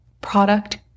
product